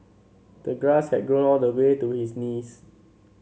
the grass had grown all the way to his knees